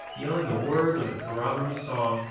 yelling the words of the corroboree song,